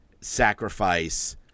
sacrifice